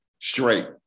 straight